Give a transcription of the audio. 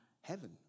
heaven